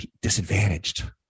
disadvantaged